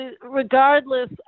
Regardless